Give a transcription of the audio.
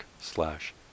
slash